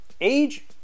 Age